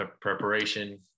preparation